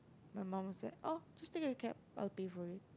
my mum was like oh just take a cab I'll pay for it